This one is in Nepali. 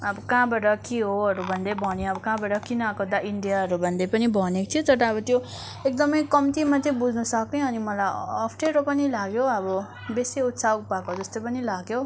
अब कहाँबाट के हो हरू भन्दै भन्यो अब कहाँबाट किन आएको त इन्डियाहरू भन्दै पनि भनेको थियो तर अब त्यो एकदमै कम्ती मात्र बुझ्नु सक्यो अनि मलाई अप्ठ्यारो पनि लाग्यो अब बेसी उत्सुक भएको जस्तो पनि लाग्यो